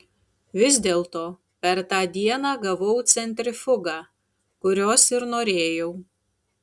vis dėlto per tą dieną gavau centrifugą kurios ir norėjau